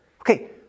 Okay